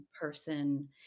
person